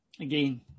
Again